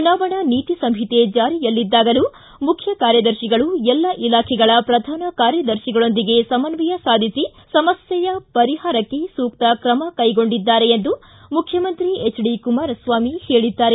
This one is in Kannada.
ಚುನಾವಣಾ ನೀತಿ ಸಂಹಿತೆ ಜಾರಿಯಲ್ಲಿದ್ದಾಗಲೂ ಮುಖ್ಯ ಕಾರ್ಯದರ್ತಿಗಳು ಎಲ್ಲ ಇಲಾಖೆಗಳ ಪ್ರಧಾನ ಕಾರ್ಯದರ್ತಿಗಳೊಂದಿಗೆ ಸಮನ್ವಯ ಸಾಧಿಸಿ ಸಮಸ್ಟೆಗಳ ಪರಿಹಾರಕ್ಕೆ ಸೂಕ್ತ ಕ್ರಮ ಕೈಗೊಂಡಿದ್ದಾರೆ ಎಂದು ಹೇಳಿದ್ದಾರೆ